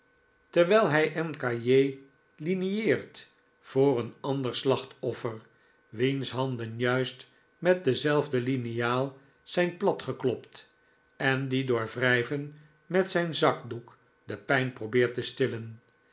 terwijl hij een cahier linieert voor een ander slachtoffer wiens handen juist met dezelfde liniaal zijn plat geklopt en die door wrijven met zijn dakdoek de pijn probeert te stillen